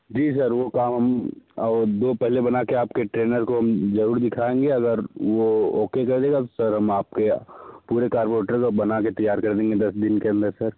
जी sir वो काम हम दो पहले बनाके आपके ट्रेनर को हम ज़रूर दिखाएंगे अगर वो ओके कर देगा सर हम आपके यहाँ पूरे कार्बोरेटर बनाके तैयार कर देंगे दस दिन के अंदर सर